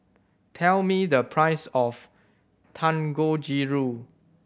tell me the price of Dangojiru